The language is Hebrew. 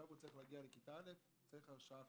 עכשיו הוא צריך להגיע לכיתה א', צריך הרשאה חדשה.